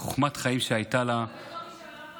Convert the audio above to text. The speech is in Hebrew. הייתה לה חוכמת חיים.